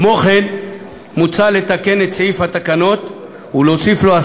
כמו כן מוצע לתקן את סעיף התקנות ולהוסיף בו את